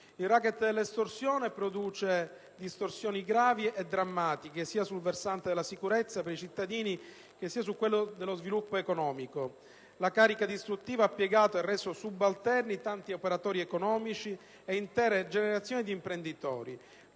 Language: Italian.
Il *racket* delle estorsioni produce distorsioni gravi e drammatiche sia sul versante della sicurezza per i cittadini, sia su quello dello sviluppo economico. La sua carica distruttiva ha piegato e reso subalterni tanti operatori economici e intere generazioni di imprenditori.